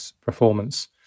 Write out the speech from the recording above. performance